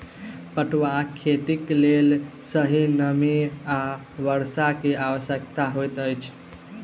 पटुआक खेतीक लेल सही नमी आ वर्षा के आवश्यकता होइत अछि